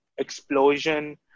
explosion